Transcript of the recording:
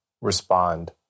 respond